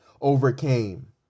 overcame